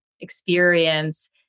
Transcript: experience